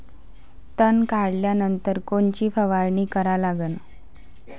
तन काढल्यानंतर कोनची फवारणी करा लागन?